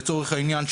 לצורך העניין,